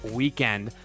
weekend